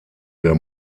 der